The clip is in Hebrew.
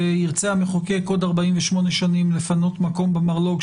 וירצה המחוקק עוד 48 שנים לפנות מקום במרלו"ג,